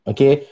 Okay